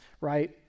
Right